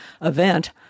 event